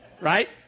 Right